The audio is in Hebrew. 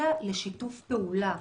אלא לשיתוף פעולה,